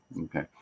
Okay